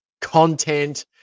content